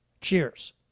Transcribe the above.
Cheers